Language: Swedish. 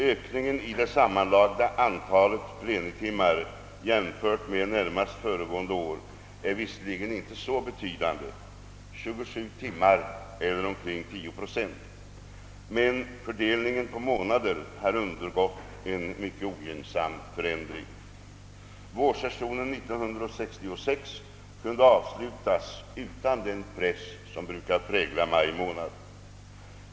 Ökningen i det sammanlagda antalet plenitimmar jämfört med närmast föregående år är visserligen inte så betydande — 27 timmar eller omkring 10 procent — men fördelningen på månader har undergått en mycket ogynnsam förändring. Vårsessionen 1966 kunde avslutas utan den press som brukat prägla maj månad.